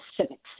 civics